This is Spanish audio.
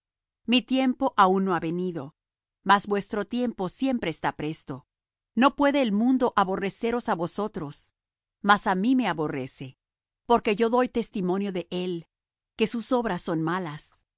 mi tiempo aun no ha venido mas vuestro tiempo siempre está presto no puede el mundo aborreceros á vosotros mas á mí me aborrece porque yo doy testimonio de él que sus obras son malas